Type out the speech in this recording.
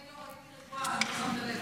אדוני היו"ר, הייתי רגועה, אם שמת לב.